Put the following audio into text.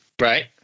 Right